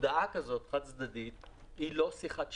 הודעה כזאת חד-צדדית היא לא שיחת שיווק.